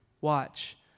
watch